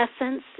essence